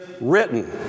written